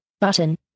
button